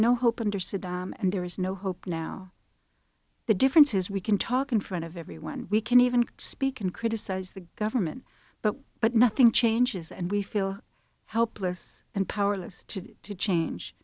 no hope and or saddam and there is no hope now the difference is we can talk in front of everyone we can even speak and criticize the government but but nothing changes and we feel helpless and powerless to change